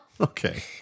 Okay